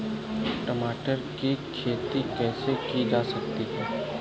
टमाटर की खेती कैसे की जा सकती है?